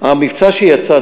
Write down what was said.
המבצע יצא,